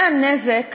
זה הנזק